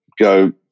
go